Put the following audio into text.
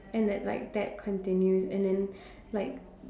and that like that continues and then like